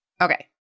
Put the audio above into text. Okay